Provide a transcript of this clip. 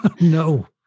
No